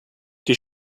die